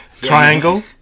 triangle